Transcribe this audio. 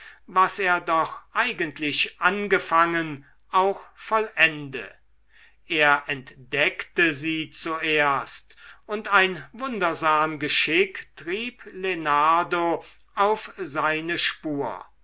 was er doch eigentlich angefangen auch vollende er entdeckte sie zuerst und ein wundersam geschick trieb lenardo auf seine spur